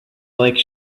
like